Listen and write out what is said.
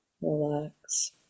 relax